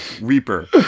Reaper